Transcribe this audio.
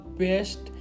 best